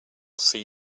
see